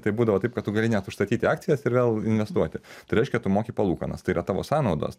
tai būdavo taip kad tu gali net užstatyti akcijas ir vėl investuoti tai reiškia tu moki palūkanas tai yra tavo sąnaudos